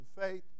faith